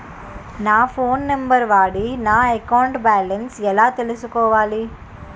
నా phone number వాడి నా అకౌంట్ బాలన్స్ ఎలా తెలుసుకోవాలి?